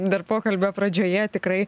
dar pokalbio pradžioje tikrai